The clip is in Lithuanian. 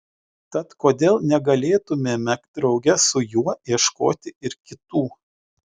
tad kodėl negalėtumėme drauge su juo ieškoti ir kitų